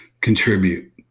contribute